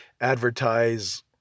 advertise